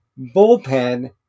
bullpen